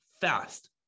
fast